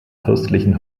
fürstlichen